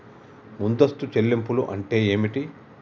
ముందస్తు చెల్లింపులు అంటే ఏమిటి?